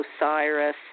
Osiris